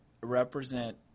represent